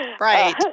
Right